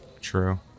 True